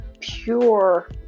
pure